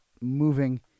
moving